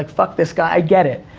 like fuck this guy, i get it,